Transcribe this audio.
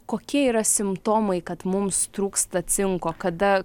kokie yra simptomai kad mums trūksta cinko kada